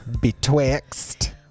Betwixt